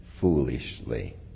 foolishly